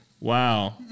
Wow